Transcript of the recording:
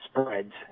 spreads